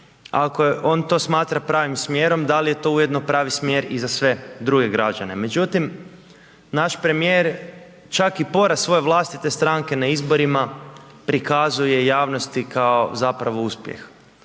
ako on to smatra pravim smjerom, da li je to ujedno pravi smjer i za sve druge građane. Međutim, naš premijer čak i poraz svoje vlastite stranke na izborima prikazuje javnosti kao zapravo uspjeh